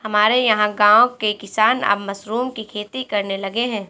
हमारे यहां गांवों के किसान अब मशरूम की खेती करने लगे हैं